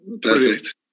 Perfect